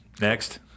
Next